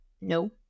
no